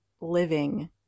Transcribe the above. living